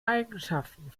eigenschaften